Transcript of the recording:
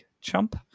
chump